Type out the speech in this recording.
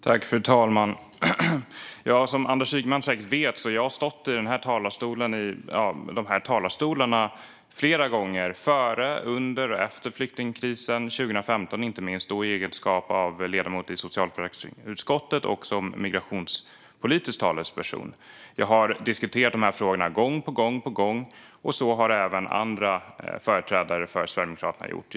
Fru talman! Som Anders Ygeman säkert vet har jag stått i den här talarstolen - eller de här talarstolarna - flera gånger, inte minst före, under och efter flyktingkrisen 2015, i egenskap av ledamot av socialförsäkringsutskottet och som migrationspolitisk talesperson. Jag har diskuterat de här frågorna gång på gång, och det har även andra företrädare för Sverigedemokraterna gjort.